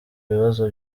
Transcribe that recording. bibazo